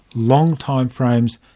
long timeframes,